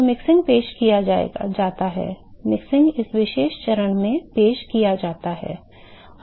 तो मिक्सिंग पेश किया जाता है मिक्सिंग इस विशेष चरण में पेश किया जाता है